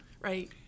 right